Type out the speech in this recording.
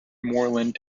moreland